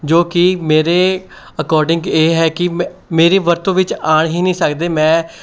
ਜੋ ਕਿ ਮੇਰੇ ਅਕੋਡਿੰਗ ਇਹ ਹੈ ਕਿ ਮ ਮੇਰੀ ਵਰਤੋਂ ਵਿੱਚ ਆ ਹੀ ਨਹੀਂ ਸਕਦੇ ਮੈਂ